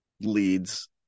leads